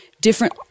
different